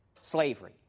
slavery